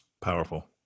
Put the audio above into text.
Powerful